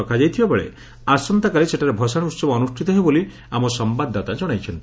ରଖାଯାଇଥବାବେଳେ ଆସନ୍ତାକାଲି ସେଠାରେ ଭସାଣୀ ଉହବ ଅନୃଷିତ ହେବ ବୋଲି ଆମ ସମ୍ଘାଦଦାତା ଜଣାଇଛନ୍ତି